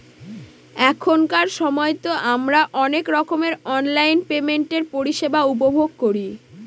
এখনকার সময়তো আমারা অনেক রকমের অনলাইন পেমেন্টের পরিষেবা উপভোগ করি